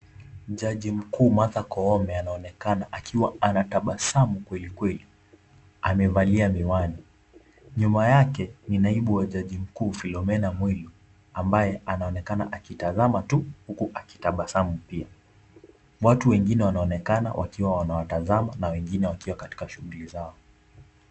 Jaji mkuu Martha Koome anaonekana akiwa anatabasamu kweli kweli. Amevalia miwani. Nyuma yake, ni naibu wa jaji mkuu philomena Mwilu ambaye anaonekana akitazama tu huku akitabasamu pia. Watu wengine wanaonekana wakiwa wanawatazama na wengine wakiwa katika shughuli zao.